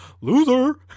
loser